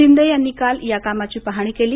शिंदे यांनी काल या कामाची पाहणी केली